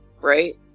Right